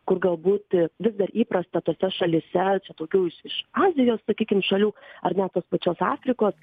kur galbūt vis dar įprasta tose šalyse čia daugiau iš iš azijos sakykim šalių ar net tos pačios afrikos